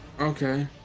okay